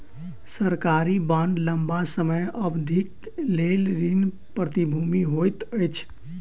सरकारी बांड लम्बा समय अवधिक लेल ऋण प्रतिभूति होइत अछि